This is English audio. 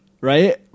Right